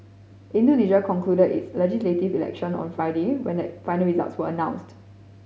Indonesia concluded its legislative election on Friday when the final results were announced